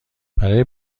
برای